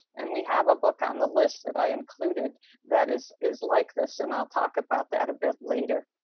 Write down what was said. and we have a book on the list that i included that is is like this and i'll talk about that a bit later.